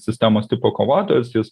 sistemos tipo kovotojas jis